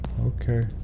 Okay